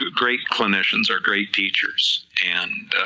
ah great clinicians are great teachers, and